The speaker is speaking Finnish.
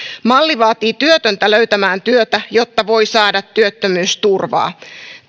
malli vaatii työtöntä löytämään työtä jotta voi saada työttömyysturvaa